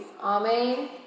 Amen